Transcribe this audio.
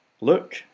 look